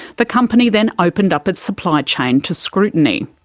the company then opened up its supply chain to scrutiny.